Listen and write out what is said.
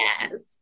Yes